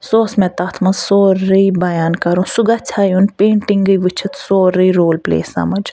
سُہ اوس مےٚ تَتھ منٛز سورُے بیان کَرُن سُہ گژھہِ ہا یُن پینٹِنٛگٕے وُچھِتھ سورُے رول پٕلے سَمٕجھ